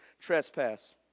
trespass